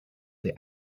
the